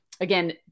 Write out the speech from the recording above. Again